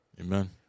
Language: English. Amen